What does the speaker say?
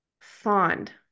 fond